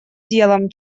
делом